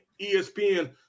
ESPN